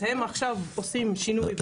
אז הם עכשיו עושים שינוי.